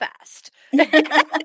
fast